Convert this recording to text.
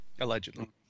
allegedly